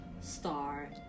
star